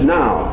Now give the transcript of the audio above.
now